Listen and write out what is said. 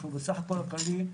בסך הכול הכללי,